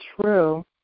true